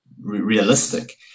realistic